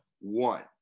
One